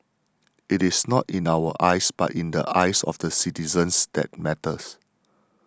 it is not in our eyes but in the eyes of the citizens that matters